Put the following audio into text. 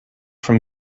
from